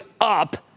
up